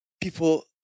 people